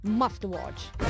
must-watch